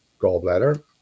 gallbladder